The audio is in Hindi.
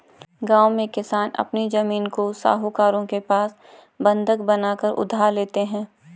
गांव में किसान अपनी जमीन को साहूकारों के पास बंधक बनाकर उधार लेते हैं